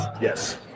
Yes